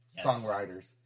songwriters